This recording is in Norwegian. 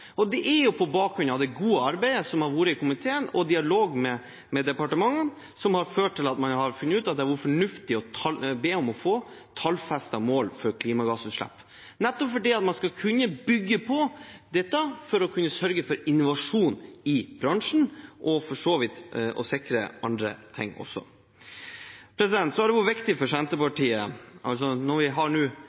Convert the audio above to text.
Det er det gode arbeidet som har vært i komiteen, og dialogen med departementene som har ført til at man har funnet ut at det hadde vært fornuftig å be om å få tallfestede mål for klimagassutslipp, nettopp fordi man skal kunne bygge på dette for å kunne sørge for innovasjon i bransjen og for så vidt sikre andre ting også. Så har det vært viktig for Senterpartiet at når vi nå har